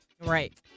Right